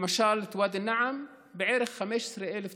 למשל בוואדי א-נעם בערך 15,000 תושבים.